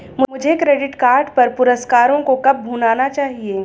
मुझे credit card पर पुरस्कारों को कब भुनाना चाहिए?